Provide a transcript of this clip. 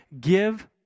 Give